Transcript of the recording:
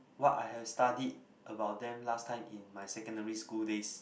what I have studied about them last time in my secondary school days